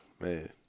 Man